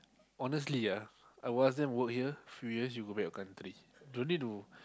honestly ah I will ask them work here few years you go back your country don't need to